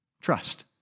Trust